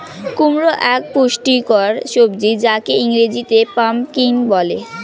কুমড়ো এক পুষ্টিকর সবজি যাকে ইংরেজিতে পাম্পকিন বলে